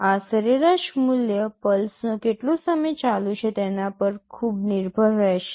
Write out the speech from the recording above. આ સરેરાશ મૂલ્ય પલ્સનો કેટલો સમય ચાલુ છે તેના પર ખૂબ નિર્ભર રહેશે